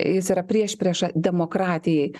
jis yra priešprieša demokratijai